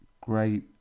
Great